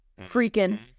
freaking